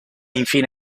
infine